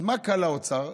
אז מה קל לאוצר?